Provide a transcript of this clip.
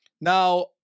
Now